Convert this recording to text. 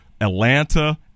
Atlanta